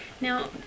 Now